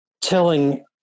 telling